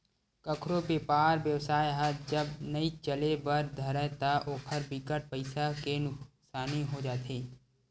कखरो बेपार बेवसाय ह जब नइ चले बर धरय ता ओखर बिकट पइसा के नुकसानी हो जाथे